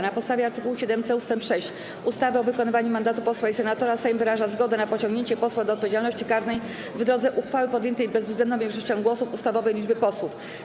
Na podstawie art. 7c ust. 6 ustawy o wykonywaniu mandatu posła i senatora Sejm wyraża zgodę na pociągnięcie posła do odpowiedzialności karnej w drodze uchwały podjętej bezwzględną większością głosów ustawowej liczby posłów.